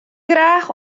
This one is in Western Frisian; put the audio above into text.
graach